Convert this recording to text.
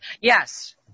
Yes